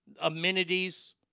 amenities